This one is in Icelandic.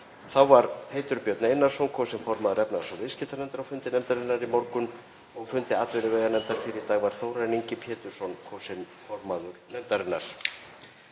Þá var Teitur Björn Einarsson kosinn formaður efnahags- og viðskiptanefndar á fundi nefndarinnar í morgun og á fundi atvinnuveganefndar fyrr í dag var Þórarinn Ingi Pétursson kosinn formaður nefndarinnar.